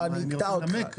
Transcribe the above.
אני רוצה לנמק.